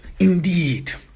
Indeed